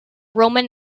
roman